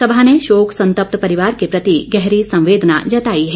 सभा ने शोक संतप्त परिवार के प्रति गहरी संवेदना जताई है